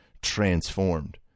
transformed